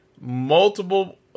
multiple